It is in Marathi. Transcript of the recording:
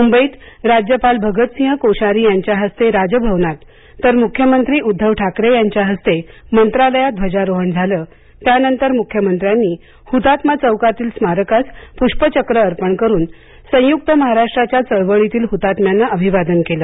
मुंबईत राज्यपाल भगतसिंह कोश्यारी यांच्या हस्ते राजभवनात तर मुख्यमंत्री उद्दव ठाकरे यांच्या हस्ते मंत्रालयात ध्वजारोहण झालं त्यानंतर मुख्यमंत्र्यांनी हुतात्मा चौकातील स्मारकास पुष्पचक्र अर्पण करून संयुक्त महाराष्ट्राच्या चळवळीतील हतात्म्यांना अभिवादन केलं